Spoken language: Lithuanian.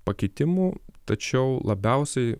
pakitimų tačiau labiausiai